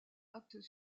actes